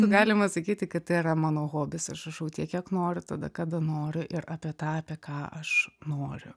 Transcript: nu galima sakyti kad tai yra mano hobis aš rašau tiek kiek noriu tada kada noriu ir apie tą apie ką aš noriu